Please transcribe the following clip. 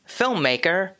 filmmaker